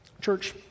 Church